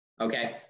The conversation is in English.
Okay